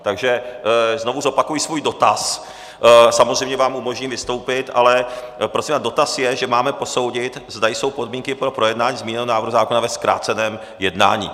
Takže znovu zopakuji svůj dotaz, samozřejmě vám umožním vystoupit, ale prosím vás, dotaz je, že máme posoudit, zda jsou podmínky pro projednání zmíněného návrhu zákona ve zkráceném jednání.